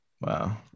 wow